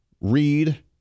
read